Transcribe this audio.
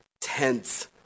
tense